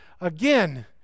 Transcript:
Again